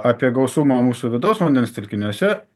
apie gausumą mūsų vidaus vandens telkiniuose